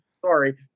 Sorry